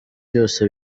byose